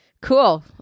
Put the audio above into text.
cool